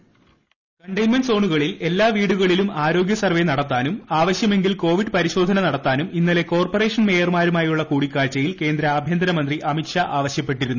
voice containment സോണുകളിൽ എല്ലാ വീടുകളിലും ആരോഗ്യ സർവ്വേ നടത്താനും ആവശ്യമെങ്കിൽ കോവിഡ് പരിശോധന നടത്താനും ഇന്നലെ കോർപ്പറേഷൻ മേയർമാരുമായുള്ള കൂടിക്കാഴ്ചയിൽ കേന്ദ്ര ആഭ്യന്തരമന്ത്രി ് അമിത് ഷാ ആവശ്യപ്പെട്ടിരുന്നു